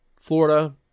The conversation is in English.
Florida